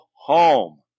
home